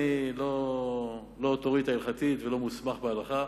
אני לא אוטוריטה הלכתית ולא מוסמך בהלכה.